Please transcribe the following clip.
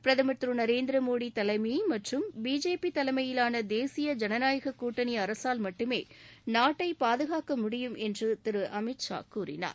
பிரதமர் திரு நரேந்திர மோடி தலைமை மற்றும் பிஜேபி தலைமையிலான தேசிய ஜனநாயக கூட்டணி அரசால் மட்டுமே நாட்டை பாதுகாக்க முடியும் என்று திரு அமித் ஷா கூறினார்